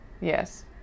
Yes